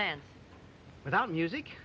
then without music